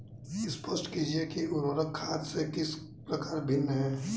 स्पष्ट कीजिए कि उर्वरक खाद से किस प्रकार भिन्न है?